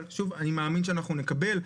אבל שוב, אני מאמין שאנחנו נקבל.